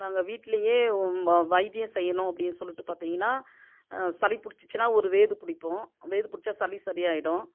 நாங்க வீட்டுலேயே வைத்தியம் செய்யணும் அப்படின்னு சொல்லிட்டு பார்த்தீங்கன்னா சளி பிடிச்சிச்சுன்னா ஒரு வேது பிடிப்போம் வேது பிடிச்சா சளி சரியா ஆகிடும்